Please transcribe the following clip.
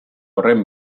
horren